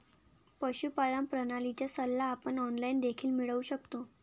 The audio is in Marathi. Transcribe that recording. पशुपालन प्रणालीचा सल्ला आपण ऑनलाइन देखील मिळवू शकतो